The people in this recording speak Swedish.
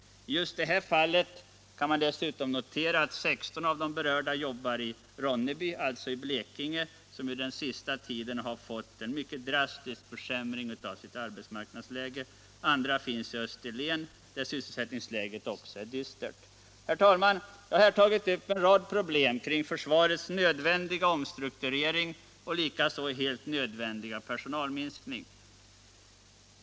I just detta fall kan dessutom noteras att 16 av de berörda arbetar i Ronneby, alltså i Blekinge, som ju den sista tiden fått en mycket drastisk försämring av sitt arbetsmarknadsläge. Andra finns på Österlen, där sysselsättningsläget också är dystert. Herr talman! Jag har här tagit upp en rad problem kring försvarets nödvändiga omstrukturering och likaså helt nödvändiga personalminskning.